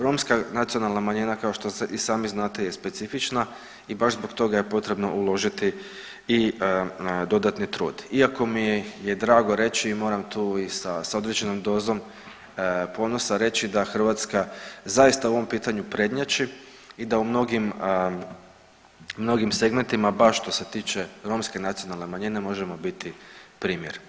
Romska nacionalna manjina kao što i sami znate je specifična i baš zbog toga je potrebno uložiti i dodatni trud iako mi je drago reći i moram tu i sa određenom dozom ponosa reći da Hrvatska zaista u ovom pitanju prednjači i da u mnogim, mnogim segmentima bar što se tiče romske nacionalne manjine možemo biti primjer.